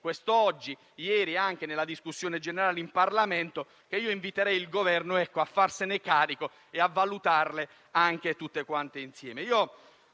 quest'oggi e ieri nella discussione generale in Parlamento. Inviterei il Governo a farsene carico e a valutarle, anche tutte quante insieme.